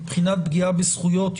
מבחינת פגיעה בזכויות,